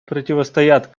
противостоят